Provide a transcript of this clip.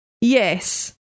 Yes